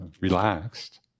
relaxed